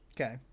Okay